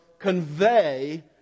convey